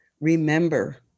remember